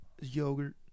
yogurt